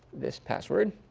this password?